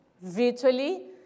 virtually